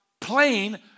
plain